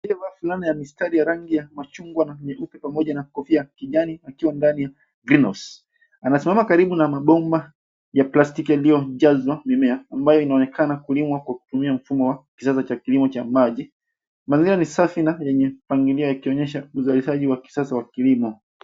Kunaye rafu ndani ya mistari rangi ya machungwa na nyeupe pamoja na kofia ya kijani akiwa ndani ya greenhouse ,anasimama karibu na mabomba ya plastiki yaliyo jazwa mimea ambayo inaonekana kulimwa kutumia mfumo wa kisasa cha kilimo cha maji. Mazingira ni safi na yenye mpangilio yakionyesha uzalishaji wa kisasa wa kilimo.